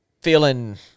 feeling